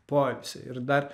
poilsiui ir dar